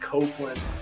Copeland